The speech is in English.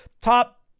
Top